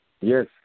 Yes